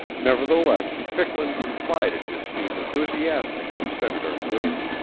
nevertheless, ficklin confided his scheme enthusiastically to senator gwin,